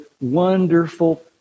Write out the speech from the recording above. wonderful